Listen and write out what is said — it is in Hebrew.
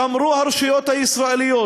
שמרו הרשויות הישראליות,